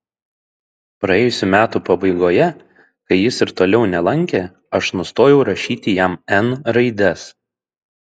praėjusių metų pabaigoje kai jis ir toliau nelankė aš nustojau rašyti jam n raides